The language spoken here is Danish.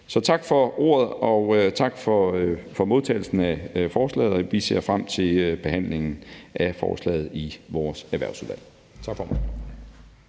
Så tak for ordet, og tak for modtagelsen af forslaget, og vi ser frem til behandlingen af forslaget i vores Erhvervsudvalg. Tak, formand.